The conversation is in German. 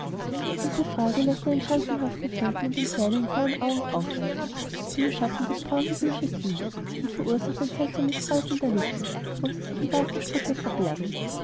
diese frage läßt einen schalkhaften funken in den kleinen klaren augen aufleuchten die im schatten des brauengebüsches liegen und verursacht ein seltsames kräuseln der lippen wo sie sich im bartgestrüppe verbergen